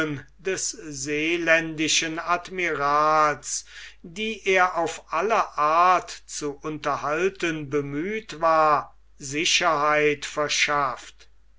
des seeländischen admirals die er auf alle art zu unterhalten bemüht war sicherheit verschafft